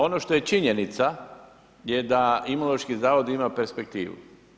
Ono što je činjenica je da Imunološki zavod ima perspektivu.